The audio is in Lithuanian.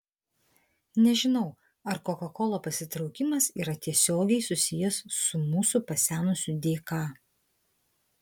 nežinau ar koka kola pasitraukimas yra tiesiogiai susijęs su mūsų pasenusiu dk